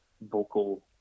vocal